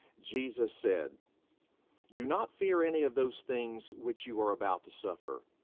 jesus said do not fear any of those things which you are about to suffer.